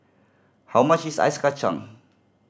how much is Ice Kachang